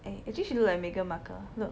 eh actually she look like Meghan Markle look